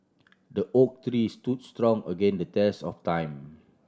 the oak tree stood strong again the test of time